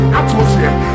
atmosphere